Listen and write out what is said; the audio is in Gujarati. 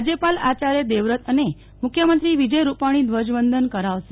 રાજ્યપાલ આચાર્ય દેવવ્રત અને મુખ્યમંત્રી વિજય રૂપાણી ધ્વજવંદન કરાવશે